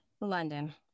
London